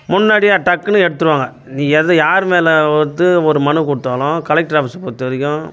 முன்னாடியே டக்குனு எடுத்துருவாங்க நீ எது யார் மேலே வந்து ஒரு மனு கொடுத்தாலும் கலெக்டர் ஆஃபீஸை பொறுத்த வரைக்கும்